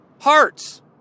hearts